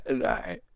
right